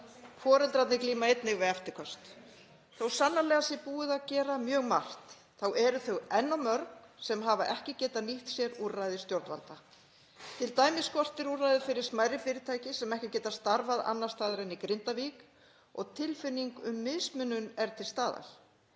Foreldrarnir glíma einnig við eftirköst. Þótt sannarlega sé búið að gera mjög margt þá eru þau enn of mörg sem hafa ekki getað nýtt sér úrræði stjórnvalda. Til dæmis skortir úrræði fyrir smærri fyrirtæki sem ekki geta starfað annars staðar en í Grindavík og tilfinning um mismunun er til staðar.